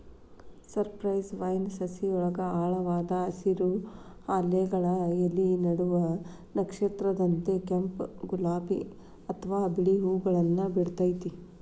cypress vine ಸಸಿಯೊಳಗ ಆಳವಾದ ಹಸಿರು, ಹಾಲೆಗಳ ಎಲಿ ನಡುವ ನಕ್ಷತ್ರದಂತ ಕೆಂಪ್, ಗುಲಾಬಿ ಅತ್ವಾ ಬಿಳಿ ಹೂವುಗಳನ್ನ ಬಿಡ್ತೇತಿ